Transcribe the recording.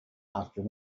after